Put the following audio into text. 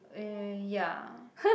uh ya